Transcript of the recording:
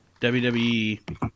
WWE